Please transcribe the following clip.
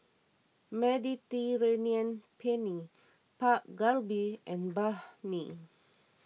Mediterranean Penne Dak Galbi and Banh Mi